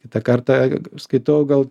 kitą kartą skaitau gal